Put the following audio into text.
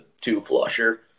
two-flusher